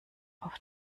auf